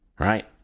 Right